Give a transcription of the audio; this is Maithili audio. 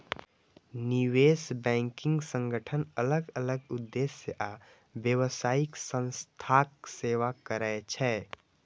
निवेश बैंकिंग संगठन अलग अलग उद्देश्य आ व्यावसायिक संस्थाक सेवा करै छै